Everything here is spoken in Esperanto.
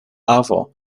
avo